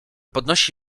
podnosi